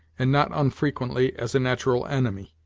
and not unfrequently as a natural enemy.